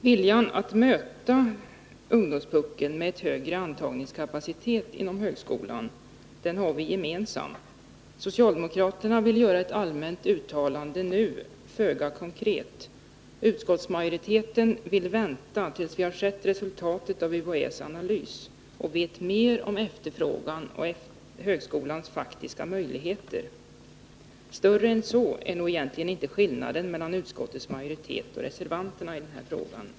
Viljan att möta ungdomspuckeln med en högre antagningskapacitet är gemensam för oss. Socialdemokraterna vill nu göra ett föga konkret, allmänt uttalande, medan utskottsmajoriteten vill vänta tills vi har sett resultatet av UHÄ:s analys och vet mer om efterfrågan och högskolans faktiska möjligheter. Större än så är nog inte skillnaden i nuläget mellan utskottets majoritet och reservanterna i denna fråga.